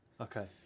Okay